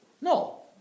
No